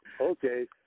okay